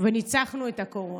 וניצחנו את הקורונה.